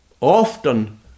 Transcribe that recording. Often